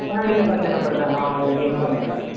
ஆ இல்லைப்பா இந்த நம்பர் தான் நான் உங்களுக்கு இன்ஃபார்ம் பண்ணுறேன்